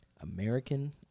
American